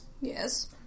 Yes